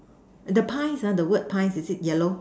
the pies ah the word pies is it yellow